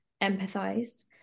empathize